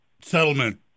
settlement